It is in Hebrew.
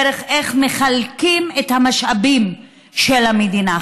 דרך איך מחלקים את המשאבים של המדינה.